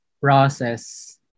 process